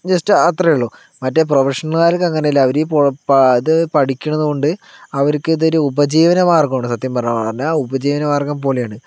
just അത്രയേ ഉള്ളൂ മറ്റ് പ്രൊഫഷണല്കാർക്ക് അങ്ങനെയല്ല അവർ ഈ പഠിക്കണതുകൊണ്ട് അവർക്ക് ഇത് ഒരു ഉപജീവന മാർഗമാണ് സത്യം പറഞ്ഞാൽ ഉപജീവനമാർഗം പോലെയാണ്